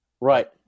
Right